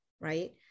right